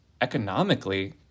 economically